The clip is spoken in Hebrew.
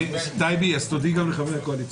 טייבי, אז תודיעי גם לחברי הקואליציה.